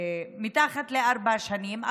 מתחת לארבע שנים,